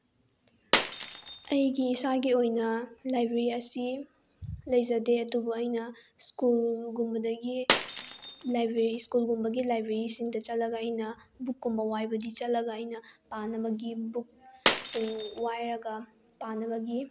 ꯑꯩꯒꯤ ꯏꯁꯥꯒꯤ ꯑꯣꯏꯅ ꯂꯥꯏꯕ꯭ꯔꯦꯔꯤ ꯑꯁꯤ ꯂꯩꯖꯗꯦ ꯑꯗꯨꯕꯨ ꯑꯩꯅ ꯁ꯭ꯀꯨꯜꯒꯨꯝꯕꯗꯒꯤ ꯁ꯭ꯀꯨꯜꯒꯨꯝꯕꯒꯤ ꯂꯥꯏꯕ꯭ꯔꯦꯔꯤꯁꯤꯡꯗ ꯆꯠꯂꯒ ꯑꯩꯅ ꯕꯨꯛꯀꯨꯝꯕꯗꯤ ꯋꯥꯏꯕ ꯆꯠꯂꯒ ꯑꯩꯅ ꯄꯥꯅꯕꯒꯤ ꯕꯨꯛꯁꯤꯡ ꯋꯥꯏꯔꯒ ꯄꯥꯅꯕꯒꯤ